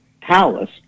palace